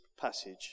passage